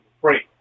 great